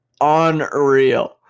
unreal